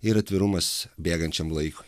ir atvirumas bėgančiam laikui